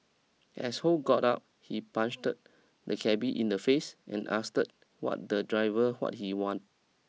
as Ho got out he punched the cabby in the face and asked the driver what he wanted